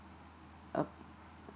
oh